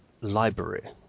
library